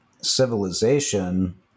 civilization